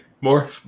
More